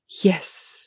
Yes